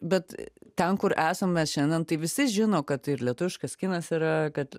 bet ten kur esame šiandien tai visi žino kad lietuviškas kinas yra kad